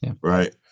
Right